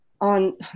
on